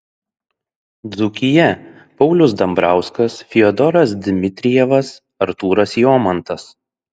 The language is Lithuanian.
dzūkija paulius dambrauskas fiodoras dmitrijevas artūras jomantas